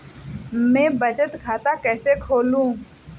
मैं बचत खाता कैसे खोलूँ?